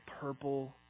purple